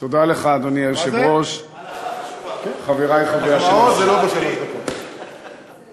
אדוני היושב-ראש, תודה לך, האמת,